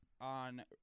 on